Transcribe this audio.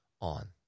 on